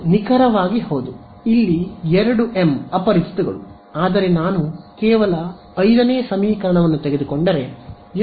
ಇಲ್ಲಿ 2 ಎಂ ಅಪರಿಚಿತಗಳು ಆದರೆ ನಾನು ಕೇವಲ 5 ಸಮೀಕರಣವನ್ನು ತೆಗೆದುಕೊಂಡರೆ ಎಷ್ಟು ಸಮೀಕರಣಗಳನ್ನು ಪಡೆಯುತ್ತೇನೆ